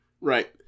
Right